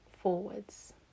forwards